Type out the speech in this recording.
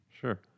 Sure